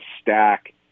stack